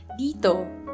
Dito